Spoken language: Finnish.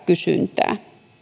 kysyntää